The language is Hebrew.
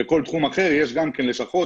לכל תחום אחר יש גם כן לשכות,